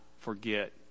forget